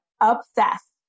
obsessed